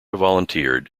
volunteered